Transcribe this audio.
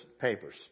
papers